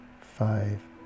five